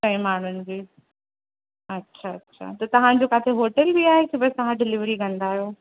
चईं माण्हुनि जी अच्छा अच्छा त तव्हांजो किथे होटल बि आहे की बसि तव्हां डिलेविरी कंदा आहियो